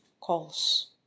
calls